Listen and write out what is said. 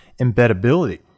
embeddability